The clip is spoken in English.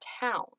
town